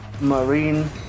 Marine